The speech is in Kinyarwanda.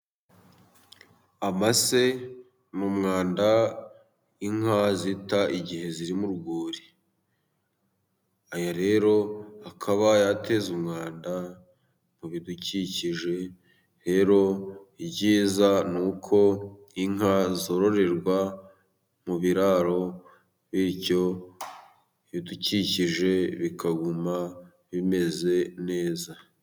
Amase ni umwanda inka zita igihe ziri mu rwuri, aya rero akaba yateza umwanda mu bidukikije, rero, ibyiza ni uko inka zororerwa mu biraro, bityo ibidukikije bikaguma bimeze neza.